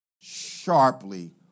sharply